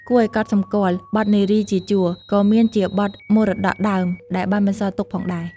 គួរឱ្យកត់សម្គាល់ បទ "នារីជាជួរ" ក៏មានជាបទមរតកដើមដែលបានបន្សល់ទុកផងដែរ។